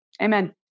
Amen